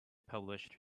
published